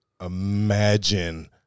imagine